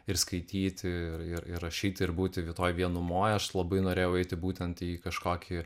ir skaityti ir ir rašyti ir būti rytoj vienumoj aš labai norėjau eiti būtent į kažkokį